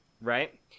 right